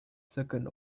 second